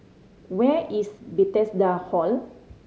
where is Bethesda Hall